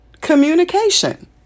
Communication